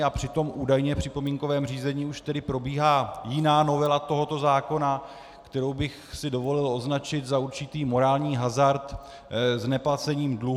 A přitom údajně v připomínkovém řízení už tedy probíhá jiná novela tohoto zákona, kterou bych si dovolil označit za určitý morální hazard s neplacením dluhů.